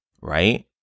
right